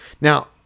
Now